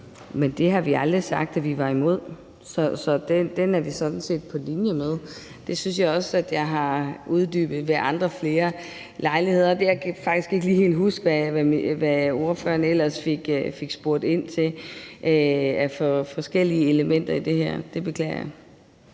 Men det har vi aldrig sagt at vi var imod, så der er vi sådan set på linje. Det synes jeg også at jeg har uddybet ved flere andre lejligheder. Og så kan jeg faktisk ikke lige huske, hvad ordføreren ellers fik spurgt ind til af forskellige elementer i det her. Det beklager jeg.